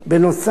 בנוסף,